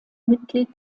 mitglied